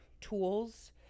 tools